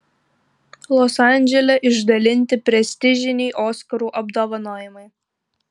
los andžele išdalinti prestižiniai oskarų apdovanojimai